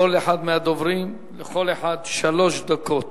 לכל אחד מהדוברים שלוש דקות.